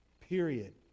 period